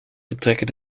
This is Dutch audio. betrekken